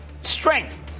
strength